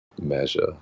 measure